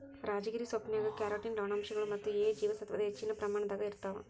ರಾಜಗಿರಿ ಸೊಪ್ಪಿನ್ಯಾಗ ಕ್ಯಾರೋಟಿನ್ ಲವಣಾಂಶಗಳು ಮತ್ತ ಎ ಜೇವಸತ್ವದ ಹೆಚ್ಚಿನ ಪ್ರಮಾಣದಾಗ ಇರ್ತಾವ